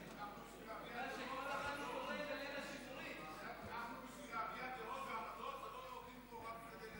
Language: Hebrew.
אנחנו פה בשביל להביע דעות ועמדות ולא נמצאים פה רק כדי,